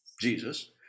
Jesus